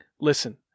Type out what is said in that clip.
listen